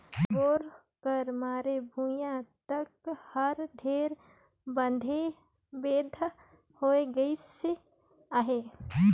bore कर मारे भुईया तक हर ढेरे बेधे बेंधा होए गइस अहे